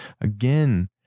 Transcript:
Again